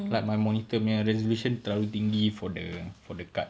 like my monitor punya resolution terlalu tinggi for the for the card